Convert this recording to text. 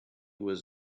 was